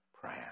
prayer